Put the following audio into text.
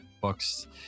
books